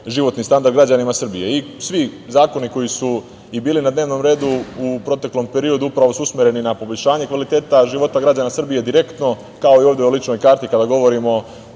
životni standard građanima Srbije. Svi zakoni koji su i bili na dnevnom redu u proteklom periodu upravo su usmereni na poboljšanje kvaliteta života građana Srbije, direktno, kao i kada govorimo